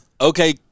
Okay